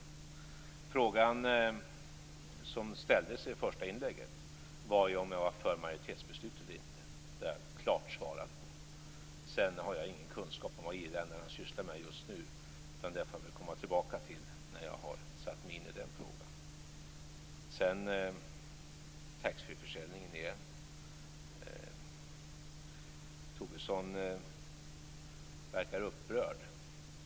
Frågan som ställdes i första inlägget var ju om jag var för majoritetsbeslut eller inte. Den frågan har jag klart svarat på. Sedan har jag ingen kunskap om vad EU-länderna sysslar med just nu. Det får jag återkomma till när jag har satt mig in i den frågan. När det gäller taxfreeförsäljningen verkar Tobisson upprörd.